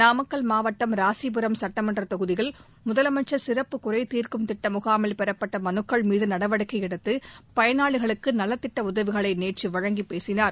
நாமக்கல் மாவட்டம் ராசிபுரம் சுட்டமன்ற தொகுதியில் முதலமைச்சர் சிறப்பு குறை தீர்க்கும் திட்ட முகாமில் பெறப்பட்ட மனுக்கள் மீது நடவடிக்கை எடுத்து பயனாளிகளுக்கு நலத்திட்ட உதவிகளை நேற்று வழங்கிப் பேசினார்